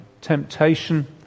temptation